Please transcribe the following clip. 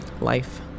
life